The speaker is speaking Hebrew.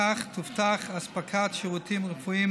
כך תובטח אספקת שירותים רפואיים